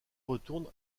retourne